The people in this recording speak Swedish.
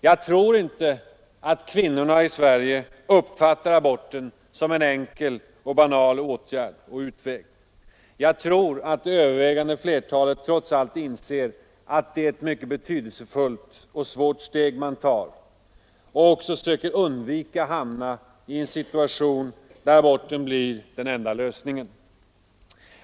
Jag tror inte att kvinnor i Sverige uppfattar aborten som en enkel och banal åtgärd eller utväg. Det övervägande flertalet kvinnor inser nog trots allt att en abort är ett betydelsefullt och mycket svårt steg man tar och därför försöker undvika att hamna i en situation där aborten blir den enda lösningen.